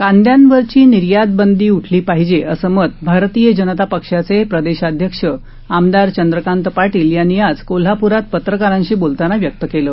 कांद्यावरील निर्यात बंदी उठली पाहिजे असं मत भारतीय जनता पक्षाचे प्रदेशाध्यक्ष आमदार चंद्रकांत पाटील यांनी आज कोल्हापुरात पत्रकारांशी बोलताना व्यक्त केलं